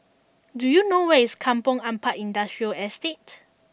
do you know where is Kampong Ampat Industrial Estate